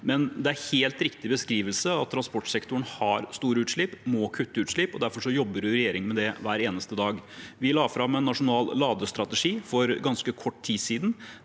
men det er en helt riktig beskrivelse at transportsektoren har store utslipp og må kutte utslipp. Derfor jobber regjeringen med det hver eneste dag. Vi la fram en nasjonal ladestrategi for ganske kort tid siden.